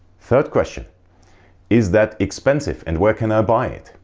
third question is that expensive and where can i buy it?